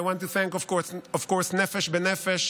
I want to thank, of course, Nefesh B’Nefesh,